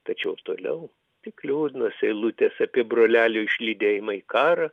tačiau toliau tik liūdnos eilutės apie brolelio išlydėjimą į karą